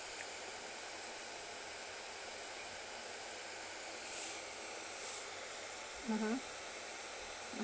mmhmm